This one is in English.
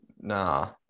nah